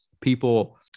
people